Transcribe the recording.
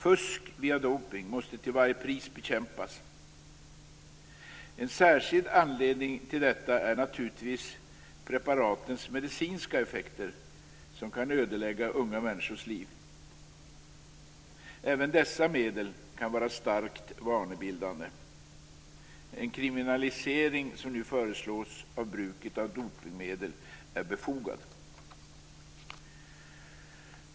Fusk via dopning måste till varje pris bekämpas. En särskild anledning till detta är naturligtvis preparatens medicinska effekter som kan ödelägga unga människors liv. Även dessa medel kan vara starkt vanebildande. En kriminalisering som nu föreslås av bruket av dopningsmedel är befogad.